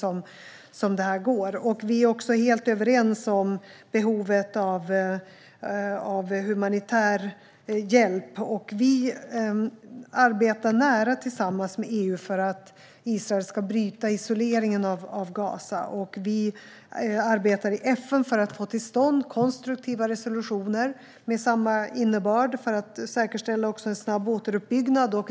Vi är också helt överens om behovet av humanitär hjälp. Vi arbetar nära tillsammans med EU för att Israel ska bryta isoleringen av Gaza, och vi arbetar i FN för att få till stånd konstruktiva resolutioner med samma innebörd för att säkerställa en snabb återuppbyggnad.